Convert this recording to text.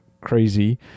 crazy